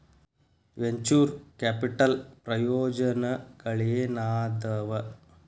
venture capital ಪ್ರಯೋಜನಗಳೇನಾದವ